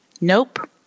Nope